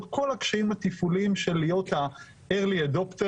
כל הקשיים התפעוליים של להיות early adopter